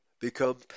become